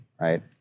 right